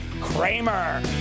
Kramer